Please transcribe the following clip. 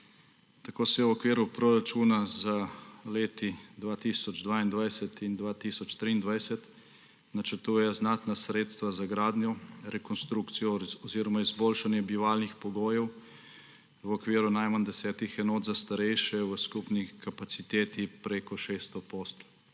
Tako se v okviru proračuna za leti 2022 in 2023 načrtujejo znatna sredstva za gradnjo, rekonstrukcijo oziroma izboljšanje bivalnih pogojev v okviru najmanj desetih enot za starejše v skupni kapaciteti preko 600